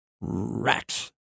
rats